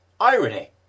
Irony